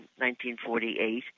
1948